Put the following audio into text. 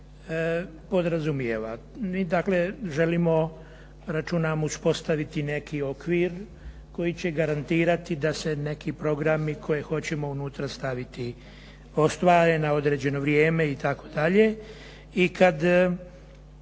podrazumijeva. Dakle, želimo računa uspostaviti neki okvir koji će garantirati da se neki programi koje hoćemo unutra staviti ostvare na određeno vrijeme i tako dalje i kad